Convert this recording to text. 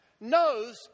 knows